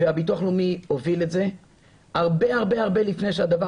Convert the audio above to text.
ביטוח לאומי הוביל את זה הרבה לפני שהדבר